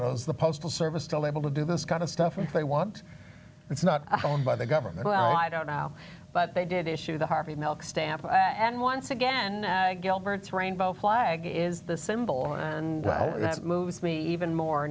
suppose the postal service still able to do this kind of stuff if they want it's not owned by the government well i don't now but they did issue the harvey milk stamp and once again gilbert's rainbow flag is the symbol and that moves me even more